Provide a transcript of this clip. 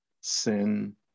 sin